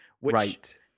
Right